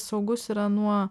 saugus yra nuo